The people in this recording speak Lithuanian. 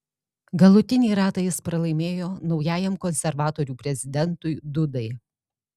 galutinį ratą jis pralaimėjo naujajam konservatorių prezidentui dudai